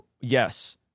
yes